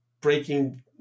breaking